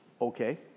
okay